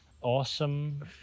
awesome